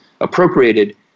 appropriated